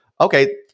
okay